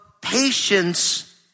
patience